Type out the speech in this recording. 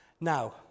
now